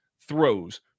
throws